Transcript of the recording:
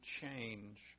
change